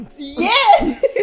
Yes